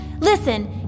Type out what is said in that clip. Listen